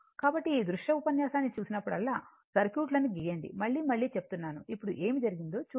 కాబట్టి ఈ దృశ్య ఉపన్యాసాన్ని చూసినప్పుడల్లా సర్క్యూట్లను గీయండి మళ్ళీ మళ్ళీ చెప్తున్నాను ఇప్పుడు ఏమి జరిగిందో చూడండి